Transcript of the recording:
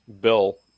Bill